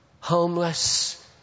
homeless